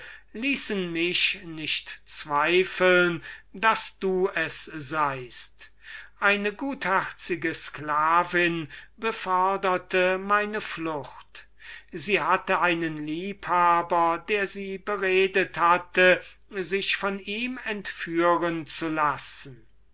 ließen mich nicht zweifeln daß du es seiest eine sklavin die mir gewogen war beförderte meine flucht sie hatte einen liebhaber der sie beredet hatte sich von ihm entführen zu lassen